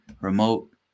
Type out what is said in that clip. Remote